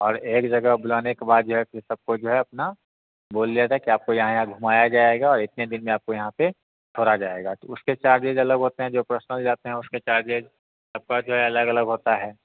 और एक जगह बुलाने के बाद फिर सबको जो है अपना बोल दिया कि आपको यहाँ यहाँ घुमाया जाएगा और इतने दिन में आपको यहाँ पर छोड़ा जाएगा उसके चार्जेस अलग होते है जो पर्सनल जाते है उसके चार्जेस सबका जो है अलग अलग होता है